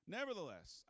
Nevertheless